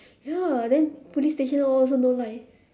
ya then police station all also no light eh